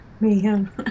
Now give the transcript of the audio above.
Mayhem